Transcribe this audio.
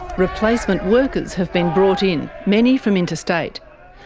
replacement workers have been brought in, many from interstate.